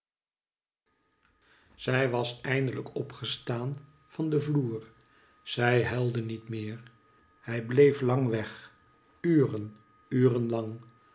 zij was eindelijk opgestaan van den vloer zij huilde niet meer hij bleef lang weg uren